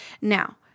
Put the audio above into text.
Now